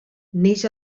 neix